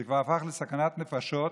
זה כבר הפך לסכנת נפשות.